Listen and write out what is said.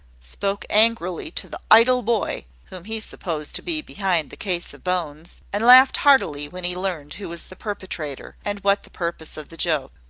spoke angrily to the idle boy whom he supposed to be behind the case of bones, and laughed heartily when he learned who was the perpetrator, and what the purpose of the joke.